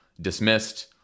dismissed